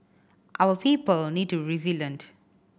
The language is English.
our people need to resilient